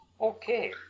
okay